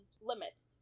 limits